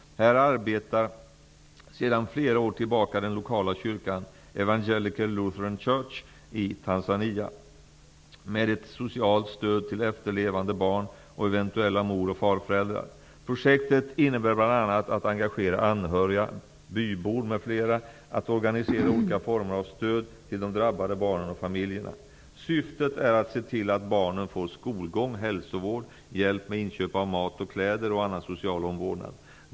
Här arbetar sedan flera år tillbaka den lokala kyrkan, Evangelical Lutheran Church in Tanzania, med ett socialt stöd till efterlevande barn och eventuella mor och farföräldrar. Projektet innebär bl.a. att engagera anhöriga, bybor m.fl. att organisera olika former av stöd till de drabbade barnen och familjerna. Syftet är att se till att barnen får skolgång, hälsovård, hjälp med inköp av mat och kläder och annan social omvårdnad.